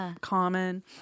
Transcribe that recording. common